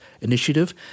Initiative